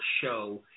show